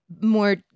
More